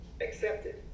accepted